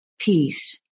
peace